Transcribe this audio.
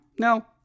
No